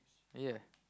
ya